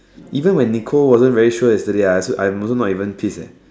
even when Nicole wasn't very sure yesterday I also I'm also not even pissed